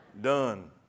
done